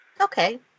Okay